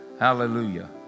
Hallelujah